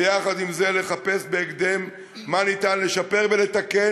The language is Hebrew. ויחד עם זה לחפש בהקדם מה ניתן לשפר ולתקן,